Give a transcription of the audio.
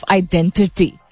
identity